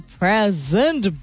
present